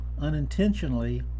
unintentionally